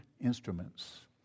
instruments